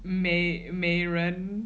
美美人